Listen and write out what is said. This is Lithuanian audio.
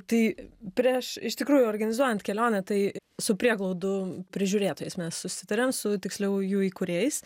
tai prieš iš tikrųjų organizuojant kelionę tai su prieglaudų prižiūrėtojais mes susitarėm su tiksliau jų įkūrėjais